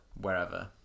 Wherever